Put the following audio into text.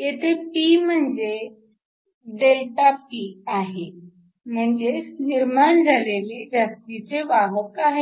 येथे P म्हणजे ΔP आहे म्हणजेच निर्माण झालेले जास्तीचे वाहक आहेत